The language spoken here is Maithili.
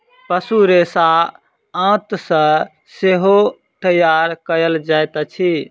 पशु रेशा आंत सॅ सेहो तैयार कयल जाइत अछि